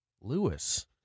Lewis